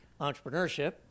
entrepreneurship